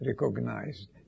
recognized